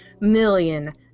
million